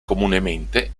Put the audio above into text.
comunemente